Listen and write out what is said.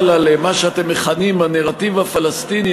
על מה שאתם מכנים הנרטיב הפלסטיני,